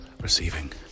receiving